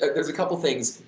like there's a couple things.